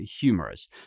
humorous